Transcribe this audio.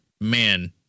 man